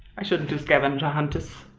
i shouldn't do scavenger huntes.